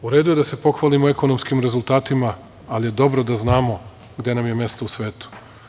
U redu je da se pohvalimo ekonomskim rezultatima, ali je dobro da znamo gde nam je mesto u svetu.